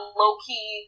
low-key